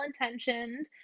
intentioned